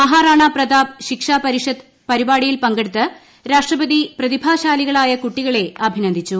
മഹാറാണ പ്രതാപ് ശിക്ഷാ പരിഷത്ത് പരിപാടിയിൽപങ്കെടുത്ത് രാഷ്ട്രപതി പ്രതിഭാശാലികളായ കുട്ടികളെ അഭിനന്ദിച്ചു